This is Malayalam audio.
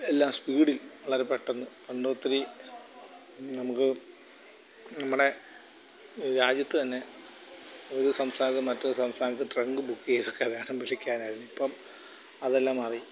എല്ലാം സ്പീഡിൽ വളരെ പെട്ടെന്ന് പണ്ട് ഒത്തിരി നമുക്ക് നമ്മുടെ രാജ്യത്ത് തന്നെ ഒരു സംസ്ഥാനത്ത് നിന്ന് മറ്റൊരു സംസ്ഥാനത്ത് ട്രങ്ക് ബുക്ക് ചെയ്തൊക്കെ വിളിക്കാനായിട്ട് ഇപ്പം അതെല്ലാം മാറി